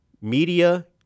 media